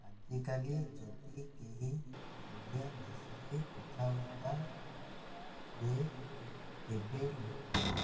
ଆଜିକାଲି ଯଦି କେହି ଓଡ଼ିଆ ଭାଷାରେ କଥାବାର୍ତ୍ତା ହୁଏ ତେବେ ଲୋକ